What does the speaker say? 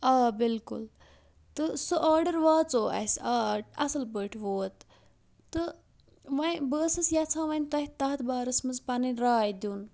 آ بالکل تہٕ سُہ آرڈَر واژو اَسہِ آ اَصٕل پٲٹھۍ ووت تہٕ وۄنۍ بہٕ ٲسٕس یَژھان وۄنۍ تۄہہِ تَتھ بارَس منٛز پَنٕنۍ راے دیُٚن